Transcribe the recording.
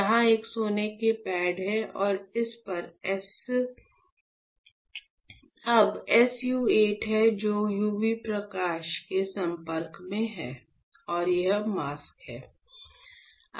यहां एक सोने का पैड है और इस पर अब SU 8 है जो यूवी प्रकाश के संपर्क में है और यह मास्क है